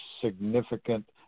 significant